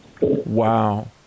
Wow